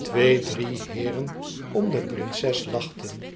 twee drie heeren om de prinses lachten